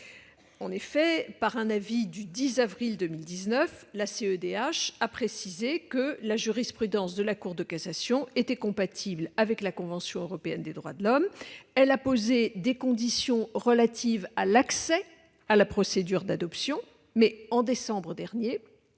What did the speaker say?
l'homme par un avis du 10 avril 2019 précisant que la jurisprudence de la Cour de cassation était compatible avec la Convention européenne des droits de l'homme. La CEDH a posé des conditions relatives à l'accès à la procédure d'adoption, mais, en décembre dernier,